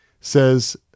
says